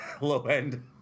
low-end